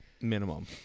minimum